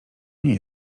nie